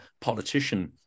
politician